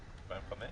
2005?